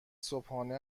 صبحانه